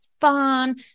fun